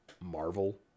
Marvel